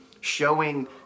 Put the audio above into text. showing